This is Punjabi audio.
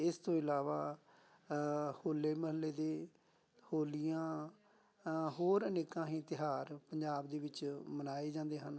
ਇਸ ਤੋਂ ਇਲਾਵਾ ਹੋਲੇ ਮਹੱਲੇ ਦੇ ਹੋਲੀਆਂ ਹੋਰ ਅਨੇਕਾਂ ਹੀ ਤਿਉਹਾਰ ਪੰਜਾਬ ਦੇ ਵਿੱਚ ਮਨਾਏ ਜਾਂਦੇ ਹਨ